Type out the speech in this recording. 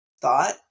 thought